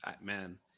Man